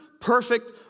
perfect